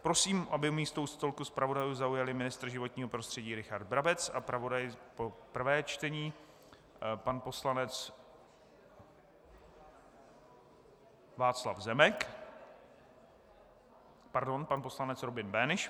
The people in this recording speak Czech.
Prosím, aby místo u stolku zpravodajů zaujali ministr životního prostředí Richard Brabec a zpravodaj pro prvé čtení pan poslanec Václav Zemek pardon, pan poslanec Robin Böhnisch.